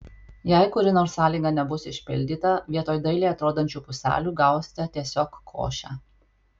jei kuri nors sąlyga nebus išpildyta vietoj dailiai atrodančių puselių gausite tiesiog košę